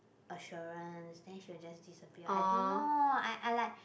assurance then she will just disappear I don't know I I like